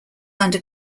under